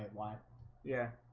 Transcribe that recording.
why yeah?